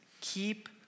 keep